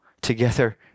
together